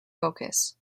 focus